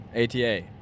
ATA